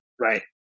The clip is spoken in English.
Right